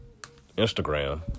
Instagram